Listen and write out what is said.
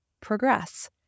progress